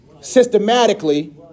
systematically